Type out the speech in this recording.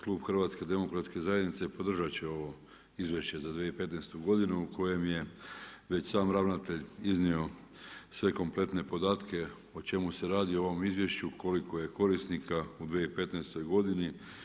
Klub HDZ-a podržat će ovo izvješće za 2015. godinu u kojem je već sam ravnatelj iznio sve kompletne podatke, o čemu se radi u ovom izvješću, koliko je korisnika u 2015. godini.